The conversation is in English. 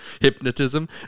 hypnotism